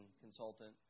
consultant